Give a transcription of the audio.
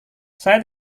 saya